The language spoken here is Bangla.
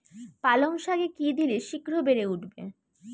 পালং শাকে কি দিলে শিঘ্র বেড়ে উঠবে?